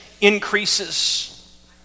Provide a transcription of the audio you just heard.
increases